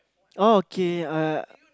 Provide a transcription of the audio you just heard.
oh okay uh